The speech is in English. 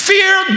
Fear